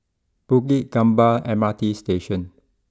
Bukit Gombak M R T Station